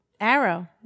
Arrow